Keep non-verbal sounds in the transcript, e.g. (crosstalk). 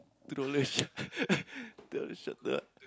two dollar jer (laughs) two dollar